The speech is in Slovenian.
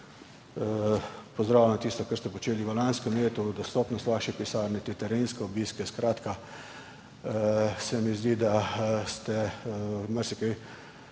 Pozdravljam tudi tisto, kar ste počeli v lanskem letu, dostopnost vaše pisarne, ti terenski obiski. Skratka, zdi se mi, da ste marsikaj